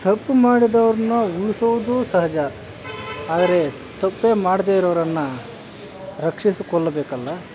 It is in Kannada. ತಪ್ಪು ಮಾಡಿದವ್ರನ್ನ ಉಳಿಸೋದು ಸಹಜ ಆದರೆ ತಪ್ಪೇ ಮಾಡದೇ ಇರೋವ್ರನ್ನು ರಕ್ಷಿಸಿಕೊಳ್ಳಬೇಕಲ್ಲ